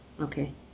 Okay